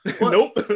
Nope